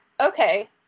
okay